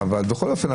בכל אופן,